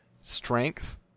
strength